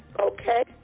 Okay